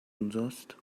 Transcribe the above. اونجاست